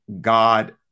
God